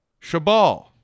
Shabal